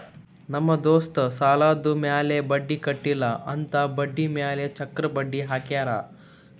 ನಮ್ ದೋಸ್ತ್ ಸಾಲಾದ್ ಮ್ಯಾಲ ಬಡ್ಡಿ ಕಟ್ಟಿಲ್ಲ ಅಂತ್ ಬಡ್ಡಿ ಮ್ಯಾಲ ಚಕ್ರ ಬಡ್ಡಿ ಹಾಕ್ಯಾರ್